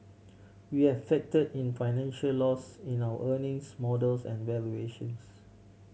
we have factor in financial loss in our earnings models and valuations